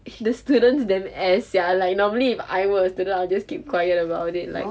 if the students damn ass sia like normally if I was the student I'll just keep quiet about it like